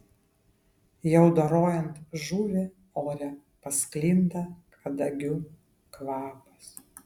jau dorojant žuvį ore pasklinda kadagių kvapas